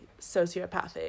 sociopathic